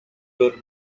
good